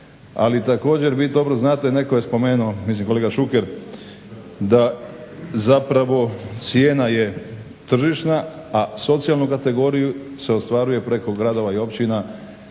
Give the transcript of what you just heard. ali također vi dobro znate netko je spomenuo, mislim kolega Šuker, da zapravo cijena je tržišna, a socijalnu kategoriju se ostvaruje preko gradova i općina,